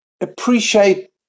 appreciate